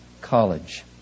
College